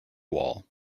wall